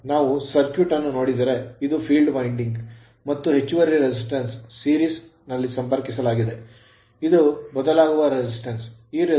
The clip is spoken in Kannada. ನಾವು circuit ಸರ್ಕ್ಯೂಟ್ ಅನ್ನು ನೋಡಿದರೆ ಇದು field winding ಫೀಲ್ಡ್ ವೈಂಡಿಂಗ್ ಮತ್ತು ಹೆಚ್ಚುವರಿ resistance ಪ್ರತಿರೋಧವನ್ನು series ಸರಣಿಯಲ್ಲಿ ಸಂಪರ್ಕಿಸಲಾಗಿದೆ ಇದು ಬದಲಾಗುವ resistance ಪ್ರತಿರೋಧವಾಗಿದೆ